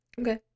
Okay